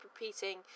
repeating